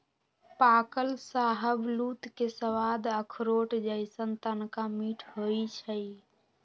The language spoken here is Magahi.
पाकल शाहबलूत के सवाद अखरोट जइसन्न तनका मीठ होइ छइ